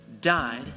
died